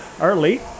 early